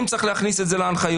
אם צריך להכניס את זה להנחיות,